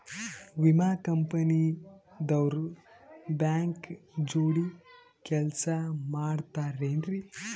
ವಿಮಾ ಕಂಪನಿ ದವ್ರು ಬ್ಯಾಂಕ ಜೋಡಿ ಕೆಲ್ಸ ಮಾಡತಾರೆನ್ರಿ?